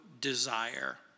desire